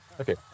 Okay